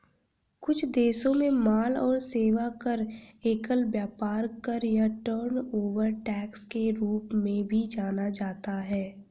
कुछ देशों में माल और सेवा कर, एकल व्यापार कर या टर्नओवर टैक्स के रूप में भी जाना जाता है